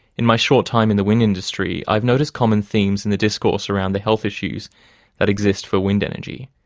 in my short time in the wind industry, i've noticed common themes in the discourse around the health issues that exist for wind energy.